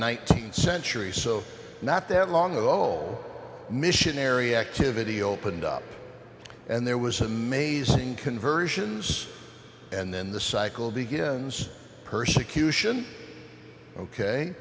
th century so not that long ago all missionary activity opened up and there was amazing conversions and then the cycle begins persecution ok